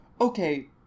Okay